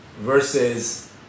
versus